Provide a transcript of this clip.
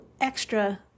extra